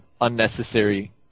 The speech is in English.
unnecessary